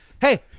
hey